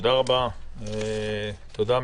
תודה רבה, מידן.